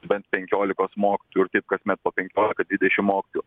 bent penkiolikos mokytojų ir taip kasmet po penkiolika dvidešimt mokytojų